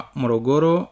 morogoro